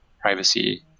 privacy